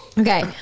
Okay